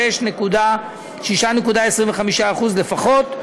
6.25% לפחות,